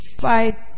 fight